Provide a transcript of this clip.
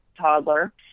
toddler